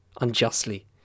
Unjustly